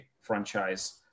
franchise